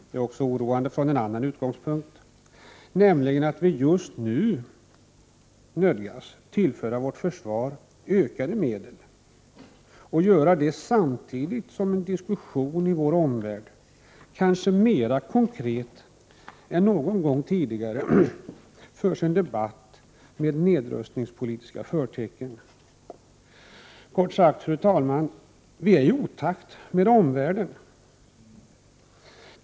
Det är också oroande från en annan utgångspunkt, nämligen att vi just nu nödgas tillföra vårt försvar ökade medel — samtidigt som diskussionen i vår omvärld kanske mera konkret än någon gång tidigare har nedrustningspolitiska förtecken. Kort sagt, fru talman — vi äriotakt med omvärlden.